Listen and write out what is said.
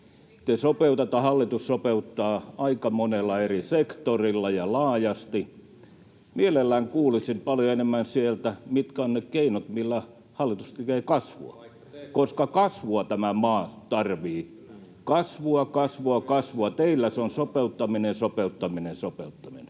”sopeuttaminen”. Hallitus sopeuttaa aika monella eri sektorilla ja laajasti. Mielellään kuulisin sieltä paljon enemmän, mitkä ovat ne keinot, millä hallitus tekee kasvua, [Sinuhe Wallinheimon välihuuto] koska kasvua tämä maa tarvitsee: kasvua, kasvua, kasvua. Teillä se on sopeuttaminen, sopeuttaminen, sopeuttaminen.